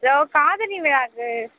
இதோ காதணி விழாவுக்கு